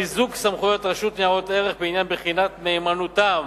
חיזוק סמכויות רשות ניירות ערך בעניין בחינת מהימנותם